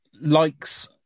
likes